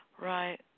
Right